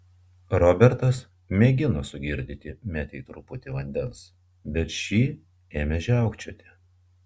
robertas mėgino sugirdyti metei truputį vandens bet ši ėmė žiaukčioti